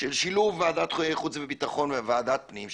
שילוב של ועדת חוץ וביטחון וועדת פנים,